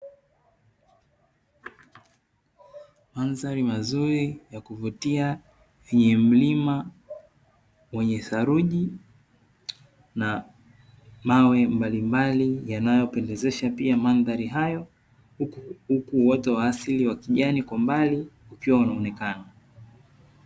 Mandhari mazuri ya kuvutia yenye mlima wenye theluji na mawe mbalimbali yanayopendezesha pia mandhari hayo, huku uoto wa asili wa kijani kwa mbali ukiwa unaonekana.